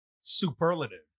Superlative